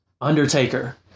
Undertaker